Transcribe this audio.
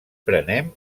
prenem